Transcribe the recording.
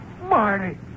Marty